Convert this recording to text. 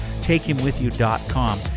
TakeHimWithYou.com